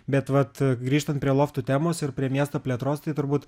bet vat grįžtant prie loftų temos ir prie miesto plėtros tai turbūt